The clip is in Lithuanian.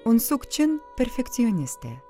unsuk čin perfekcionistė